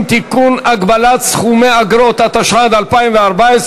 התשע"ד 2014,